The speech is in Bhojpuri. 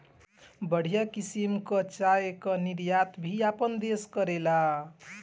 बढ़िया किसिम कअ चाय कअ निर्यात भी आपन देस करेला